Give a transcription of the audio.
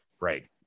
Right